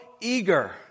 eager